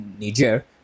Niger